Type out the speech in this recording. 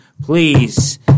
Please